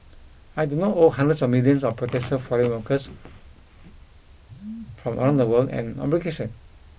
I do not owe hundreds of millions of potential foreign workers from around the world an obligation